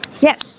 yes